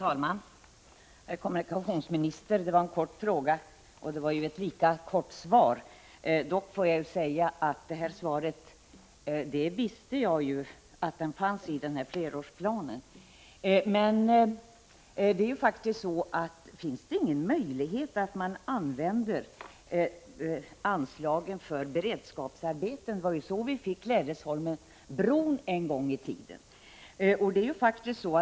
Herr talman! Det var en kort fråga, herr kommunikationsminister, och det var ett lika kort svar. Dock får jag säga att jag redan visste att denna fråga fanns upptagen i flerårsplanen. Men finns det ingen möjlighet att använda anslagen för beredskapsarbeten? Det var ju på så sätt vi fick bron till Klädesholmen en gång i tiden.